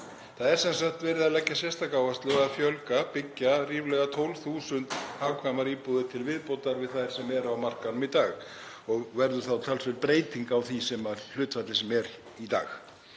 Það er sem sagt verið að leggja sérstaka áherslu á að byggja ríflega 12.000 hagkvæmar íbúðir til viðbótar við þær sem eru á markaðnum og verður þá talsverð breyting á því hlutfalli sem er í dag.